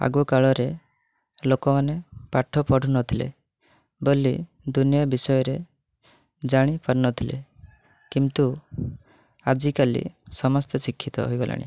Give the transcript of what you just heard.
ଆଗକାଳରେ ଲୋକମାନେ ପାଠ ପଢ଼ୁନଥିଲେ ବୋଲି ଦୁନିଆ ବିଷୟରେ ଜାଣି ପାରୁନଥିଲେ କିନ୍ତୁ ଆଜିକାଲି ସମସ୍ତେ ଶିକ୍ଷିତ ହୋଇଗଲେଣି